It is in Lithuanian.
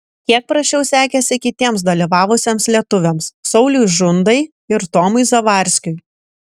kiek prasčiau sekėsi kitiems dalyvavusiems lietuviams sauliui žundai ir tomui zavarskiui